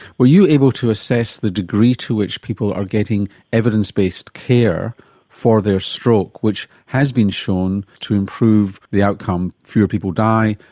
were you able to assess the degree to which people are getting evidence-based care for their stroke which has been shown to improve the outcome fewer people die,